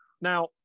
Now